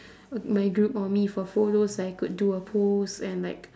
my group or me for photos I could do a pose and like